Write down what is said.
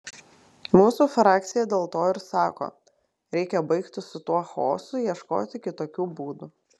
mūsų frakcija dėl to ir sako reikia baigti su tuo chaosu ieškoti kitokių būdų